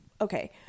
Okay